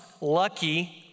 Lucky